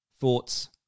thoughts